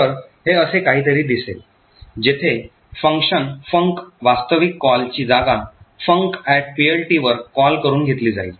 तर हे असे काहीतरी दिसेल जेथे फंक्शन func वास्तविक कॉलची जागा funcPLT वर कॉल करून घेतली जाईल